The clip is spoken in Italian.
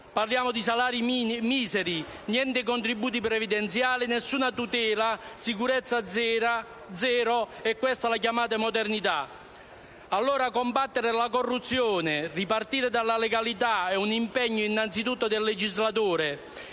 Parliamo di salari miseri, niente contributi previdenziali, nessuna tutela e sicurezza zero: e questa la chiamate modernità? Allora, combattere la corruzione e ripartire dalla legalità è un impegno innanzitutto del legislatore,